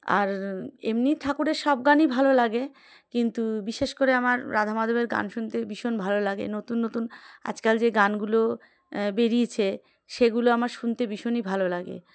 আর এমনি ঠাকুরের সব গানই ভালো লাগে কিন্তু বিশেষ করে আমার রাধা মাধবের গান শুনতে ভীষণ ভালো লাগে নতুন নতুন আজকাল যে গানগুলো বেরিয়েছে সেগুলো আমার শুনতে ভীষণই ভালো লাগে